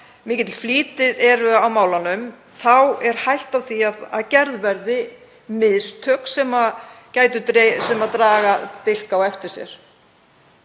mikill flýtir er á málunum er hætta á því að gerð verði mistök sem draga dilk á eftir sér.